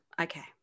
okay